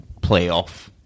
playoff